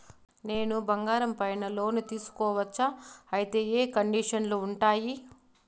నేను బంగారం పైన లోను తీసుకోవచ్చా? అయితే ఏ కండిషన్లు ఉంటాయి?